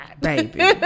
Baby